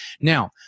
Now